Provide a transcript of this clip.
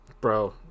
Bro